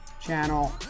channel